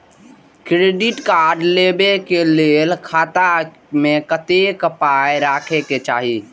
Credit card लेबै के लेल खाता मे कतेक पाय राखै के चाही?